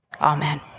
Amen